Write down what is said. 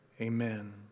Amen